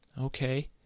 Okay